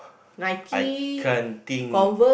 I can't think